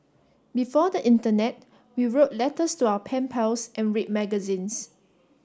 before the internet we wrote letters to our pen pals and read magazines